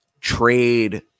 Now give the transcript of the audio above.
trade